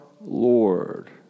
Lord